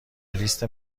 لیست